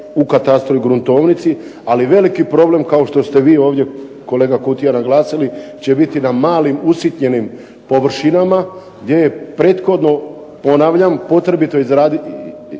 u katastru u gruntovnici, ali veliki problem kao što ste vi ovdje kolega Kutija naglasili će biti na malim usitnjenim površinama, gdje je prethodno ponavljam potrebito izvršiti